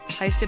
hosted